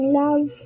love